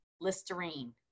Listerine